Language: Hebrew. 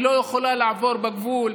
היא לא יכולה לעבור בגבול,